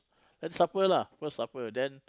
then supper lah go supper then